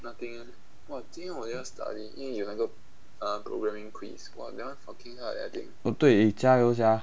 oh 对 eh 加油 sia